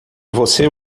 você